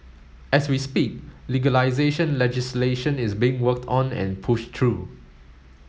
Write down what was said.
as we speak legalisation legislation is being worked on and pushed through